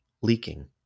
leaking